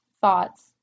thoughts